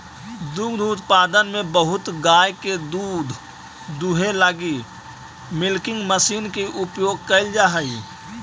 दुग्ध उत्पादन में बहुत गाय के दूध दूहे लगी मिल्किंग मशीन के उपयोग कैल जा हई